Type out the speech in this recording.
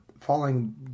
falling